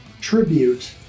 tribute